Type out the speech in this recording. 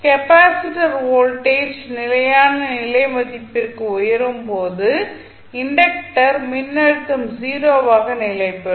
capacitor voltage நிலையான நிலை மதிப்பிற்கு உயரும்போது இண்டக்டர் மின்னழுத்தம் 0 ஆக நிலைபெறும்